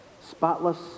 Spotless